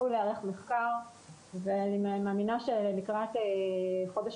צפוי להיערך מחקר ואני מאמינה שלקראת חודש